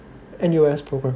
N_U_S programme